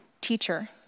teacher